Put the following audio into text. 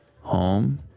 Home